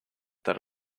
that